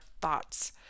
thoughts